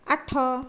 ଆଠ